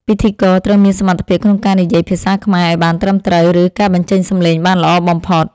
ពិធីករត្រូវមានសមត្ថភាពក្នុងការនិយាយភាសាខ្មែរឱ្យបានត្រឹមត្រូវ ឬ ការបញ្ចេញសម្លេងបានល្អបំផុត។